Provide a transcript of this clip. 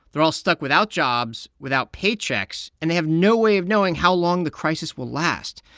they're all stuck without jobs, without paychecks and they have no way of knowing how long the crisis will last.